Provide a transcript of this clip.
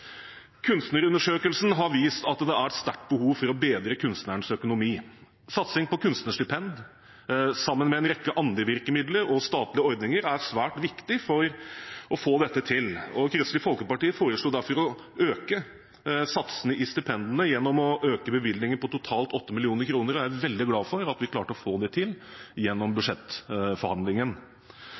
Kunstnerundersøkelsen har vist at det er et stort behov for å bedre kunstnernes økonomi. Satsing på kunstnerstipend sammen med en rekke andre virkemidler og statlige ordninger er svært viktig for å få dette til. Kristelig Folkeparti foreslo derfor å øke satsene i stipendene gjennom å øke bevilgningen på totalt 8 mill. kr, og jeg er veldig glad for at vi klarte å få det til gjennom